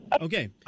Okay